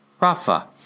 Rafa